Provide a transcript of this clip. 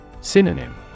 Synonym